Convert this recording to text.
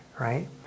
right